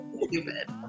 stupid